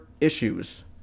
issues